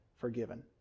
forgiven